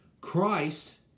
Christ